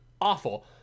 awful